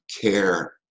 care